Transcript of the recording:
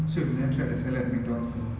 so you have never tried the salad at mcdonald's before